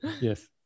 Yes